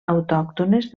autòctones